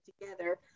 together